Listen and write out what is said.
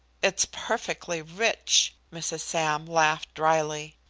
it's perfectly rich! mrs. sam laughed dryly.